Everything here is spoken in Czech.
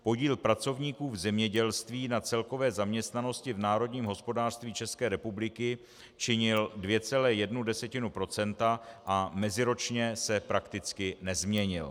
Podíl pracovníků v zemědělství na celkové zaměstnanosti v národním hospodářství České republiky činil 2,1 % a meziročně se prakticky nezměnil.